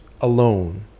alone